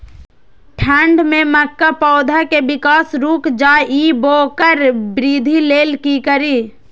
ठंढ में मक्का पौधा के विकास रूक जाय इ वोकर वृद्धि लेल कि करी?